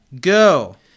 go